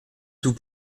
tout